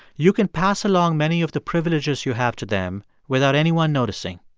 you can pass along many of the privileges you have to them without anyone noticing.